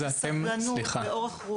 סבלנות ואורך רוח,